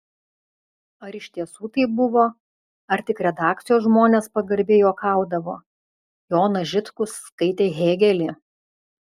ar iš tiesų taip buvo ar tik redakcijos žmonės pagarbiai juokaudavo jonas žitkus skaitė hėgelį